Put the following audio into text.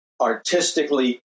artistically